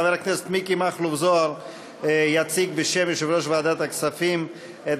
חבר הכנסת מכלוף מיקי זוהר יציג בשם יושב-ראש ועדת הכספים את